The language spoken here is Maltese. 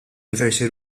diversi